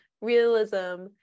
realism